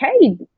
Hey